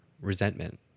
resentment